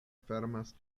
fermas